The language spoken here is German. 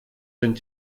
sind